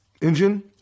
engine